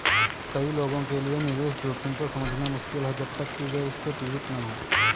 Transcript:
कई लोगों के लिए निवेश जोखिम को समझना मुश्किल है जब तक कि वे इससे पीड़ित न हों